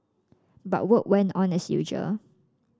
but work went on as usual